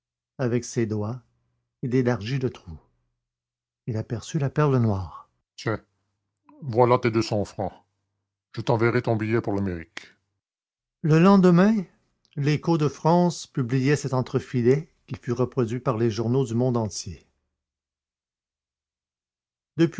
avec ses doigts il élargit le trou il aperçut la perle noire tiens voilà tes deux cents francs je t'enverrai ton billet pour l'amérique le lendemain l'écho de france publiait cet entrefilet qui fut reproduit par les journaux du monde entier